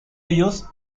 ellos